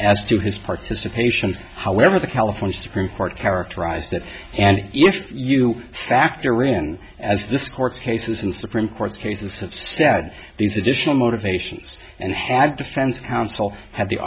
as to his participation however the california supreme court characterized it and if you factor in as this court's cases in supreme court cases have said these additional motivations and had defense counsel have the